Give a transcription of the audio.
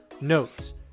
notes